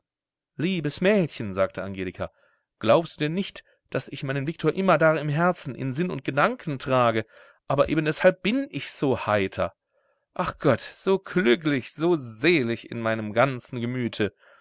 liebes mädchen sagte angelika glaubst du denn nicht daß ich meinen viktor immerdar im herzen in sinn und gedanken trage aber eben deshalb bin ich so heiter ach gott so glücklich so selig in meinem ganzen gemüte